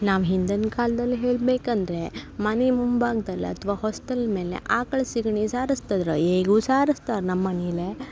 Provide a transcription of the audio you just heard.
ನಾವು ಹಿಂದಿನ ಕಾಲ್ದಲ್ಲಿ ಹೇಳಬೇಕಂದ್ರೆ ಮನೆ ಮುಂಭಾಗ್ದಲ್ಲಿ ಅಥ್ವಾ ಹೊಸ್ತಲ ಮೇಲೆ ಆಕಳ ಸೆಗಣಿ ಸಾರಸ್ತಿದ್ರ ಈಗ್ಲೂ ಸಾರಸ್ತಾರೆ ನಮ್ಮ ಮನೆಲ್ಲೇ